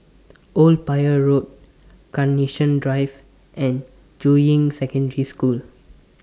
Old Pier Road Carnation Drive and Juying Secondary School